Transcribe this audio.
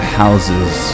houses